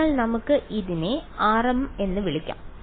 അതിനാൽ നമുക്ക് ഇതിനെ rm എന്ന് വിളിക്കാം